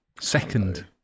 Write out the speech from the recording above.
Second